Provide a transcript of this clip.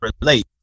relate